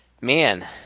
man